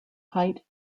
height